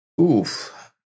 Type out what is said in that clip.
Oof